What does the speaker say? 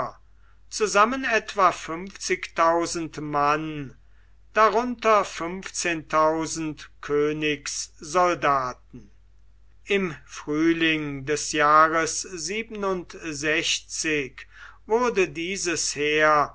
zusammen etwa mann darunter königs soldaten im frühling des jahres wurde dieses heer